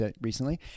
recently